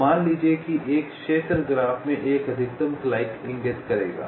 तो मान लीजिए एक क्षेत्र ग्राफ में एक अधिकतम क्लाइक इंगित करेगा